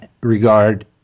regard